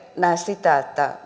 näe sitä